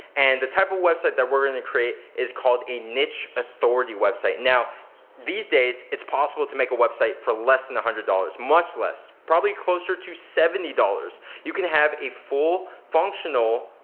and the type of website that we're gonna create is called a niche authority website. now these days it's possible to make a website for less than one hundred dollars, much less, probably closer to seventy dollars. you can have a full, functional,